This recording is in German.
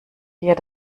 dir